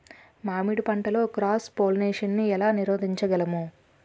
మామిడి పంటలో cross pollination నీ ఏల నీరోధించగలము?